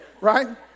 right